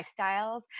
lifestyles